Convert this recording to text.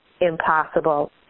impossible